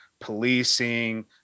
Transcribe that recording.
policing